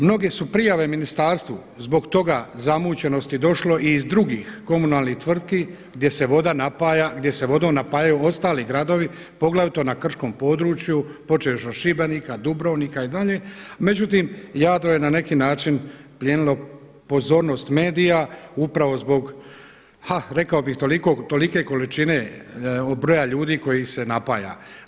Mnoge su prijave ministarstvu zbog toga zamućenosti došlo i iz drugih komunalnih tvrtki gdje se vodom napajaju ostali gradovi, poglavito na krčkom području počev od Šibenika, Dubrovnika i dalje, međutim Jadro je na neki način plijenilo pozornost medija upravo zbog ha rekao bih tolike količine broja ljudi kojih se napaja.